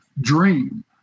dream